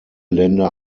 länder